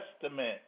Testament